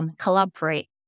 collaborate